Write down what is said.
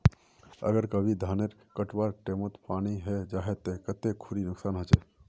अगर कभी धानेर कटवार टैमोत पानी है जहा ते कते खुरी नुकसान होचए?